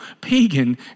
pagan